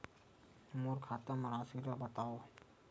मोर खाता म राशि ल बताओ?